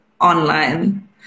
online